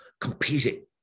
competing